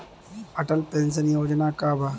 Atal pension Yojana का बा?